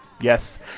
Yes